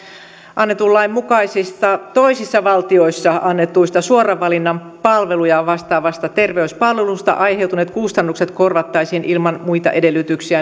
annetun lain mukaisista toisessa valtiossa annetuista suoran valinnan palveluja vastaavista terveyspalveluista aiheutuneet kustannukset korvattaisiin ilman muita edellytyksiä